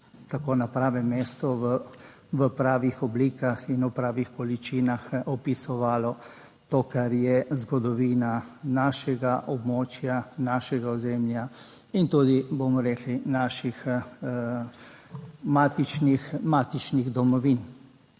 tako na pravem mestu v pravih oblikah in v pravih količinah opisovalo to kar je zgodovina našega območja, našega ozemlja in tudi, bomo rekli, naših matičnih domovin.